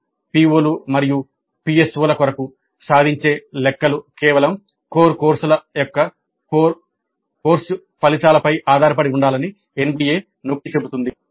PO లు మరియు PSO ల కొరకు సాధించే లెక్కలు కేవలం కోర్ కోర్సుల యొక్క కోర్సు ఫలితాలపై ఆధారపడి ఉండాలని NBA నొక్కి చెబుతుంది